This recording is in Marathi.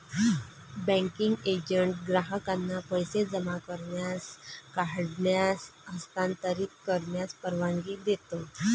बँकिंग एजंट ग्राहकांना पैसे जमा करण्यास, काढण्यास, हस्तांतरित करण्यास परवानगी देतो